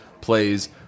plays